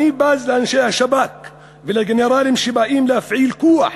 אני בז לאנשי השב"כ ולגנרלים שבאים להפעיל כוח